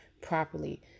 properly